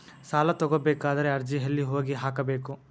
ಸಾಲ ತಗೋಬೇಕಾದ್ರೆ ಅರ್ಜಿ ಎಲ್ಲಿ ಹೋಗಿ ಹಾಕಬೇಕು?